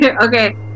Okay